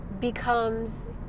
becomes